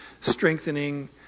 strengthening